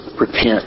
repent